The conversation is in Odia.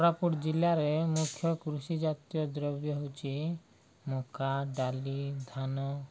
କୋରାପୁଟ ଜିଲ୍ଲାରେ ମୁଖ୍ୟ କୃଷି ଜାତୀୟ ଦ୍ରବ୍ୟ ହେଉଛି ମକା ଡାଲି ଧାନ